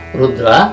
rudra